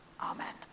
Amen